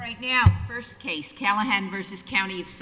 right now first case callahan versus count